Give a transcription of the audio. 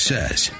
Says